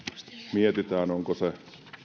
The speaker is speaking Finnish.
mietittäisiin onko se